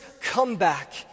comeback